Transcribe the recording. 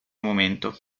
momento